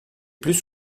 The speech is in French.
plus